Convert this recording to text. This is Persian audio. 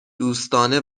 دوستانه